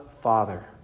Father